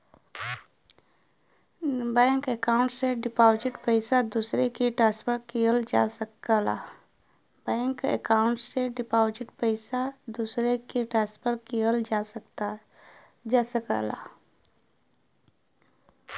bank account से deposit पइसा दूसरे के ट्रांसफर किहल जा सकला